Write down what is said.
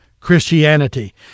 Christianity